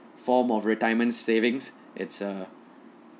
form of retirement savings it's uh